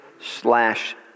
slash